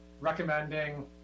recommending